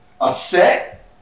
upset